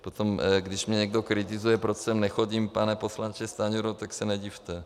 Potom když mě někdo kritizuje, proč sem nechodím, pane poslanče, Stanjuro, tak se nedivte.